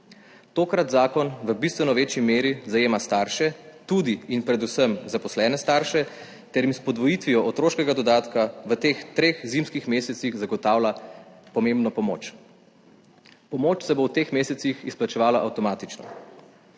Tokrat zakon v bistveno večji meri zajema starše, tudi in predvsem zaposlene starše, ter jim s podvojitvijo otroškega dodatka v teh treh zimskih mesecih zagotavlja pomembno pomoč. Pomoč se bo v teh mesecih izplačevala avtomatično,